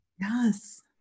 yes